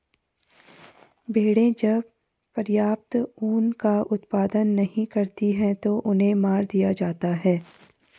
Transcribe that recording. भेड़ें जब पर्याप्त ऊन का उत्पादन नहीं करती हैं तो उन्हें मार दिया जाता है